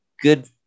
good